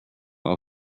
auch